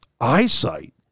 eyesight